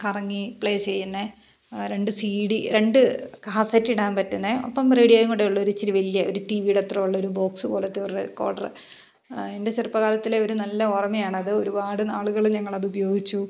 കറങ്ങി പ്ലേ ചെയ്യുന്നത് രണ്ടു സീ ഡി രണ്ടു കാസെറ്റിടാൻ പറ്റുന്നത് അപ്പം റേഡിയോയും കൂടി ഉള്ളൊരു ഇച്ചിരി വലിയ ഒരു ടി വിയുടെ അത്രയും ഉള്ളൊരു ബോക്സ് പോലത്തെ ഒരു റെക്കോർഡറ് എൻ്റെ ചെറുപ്പകാലത്തിലെ ഒരു നല്ല ഓർമ്മയാണത് ഒരുപാട് നാളുകൾ ഞങ്ങൾ അതു ഉപയോഗിച്ചു